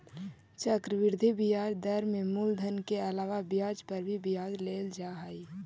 चक्रवृद्धि ब्याज दर में मूलधन के अलावा ब्याज पर भी ब्याज लेल जा हई